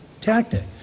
tactic